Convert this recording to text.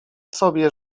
sobie